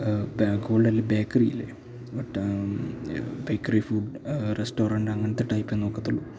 ഗോൾഡല്ലേ bakery ബട്ടാ bakery food restaurant അങ്ങനത്തെ ടൈപ്പേ നോക്കത്തുള്ളൂ